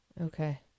Okay